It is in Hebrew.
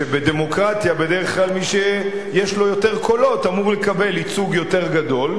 שבדמוקרטיה בדרך כלל מי שיש לו יותר קולות אמור לקבל ייצוג יותר גדול,